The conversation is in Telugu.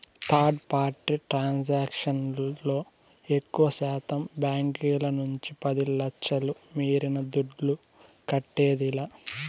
థర్డ్ పార్టీ ట్రాన్సాక్షన్ లో ఎక్కువశాతం బాంకీల నుంచి పది లచ్ఛల మీరిన దుడ్డు కట్టేదిలా